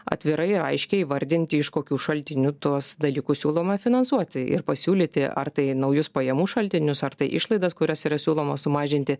atvirai ir aiškiai įvardinti iš kokių šaltinių tuos dalykus siūloma finansuoti ir pasiūlyti ar tai naujus pajamų šaltinius ar tai išlaidas kurias yra siūloma sumažinti